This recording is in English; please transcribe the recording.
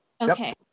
Okay